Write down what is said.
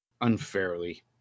unfairly